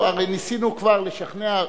הרי ניסינו כבר לשכנע,